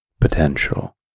potential